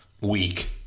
weak